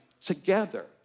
together